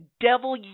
devil